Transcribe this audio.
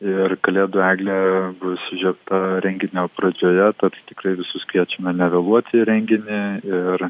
ir kalėdų eglė bus įžiebta renginio pradžioje tad tikrai visus kviečiame nevėluoti į renginį ir